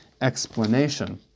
explanation